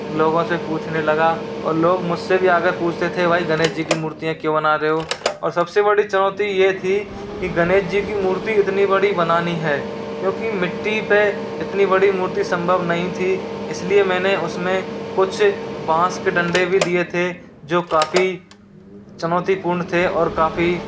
लोगों से पूछने लगा और लोग मुझसे भी आ कर पूछते थें भाई गणेश जी की मूर्तियाँ क्यों बना रहे हो और सबसे बड़ी चुनौती ये थी कि गणेश जी की मूर्ति इतनी बड़ी बनानी है क्योंकि मिट्टी पे इतनी बड़ी मूर्ति संभव नहीं थी इसलिए मैंने उसमें कुछ बाँस के डंडे भी दिए थे जो काफ़ी चुनौतीपूर्ण थे और काफ़ी